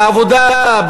בעבודה,